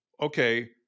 okay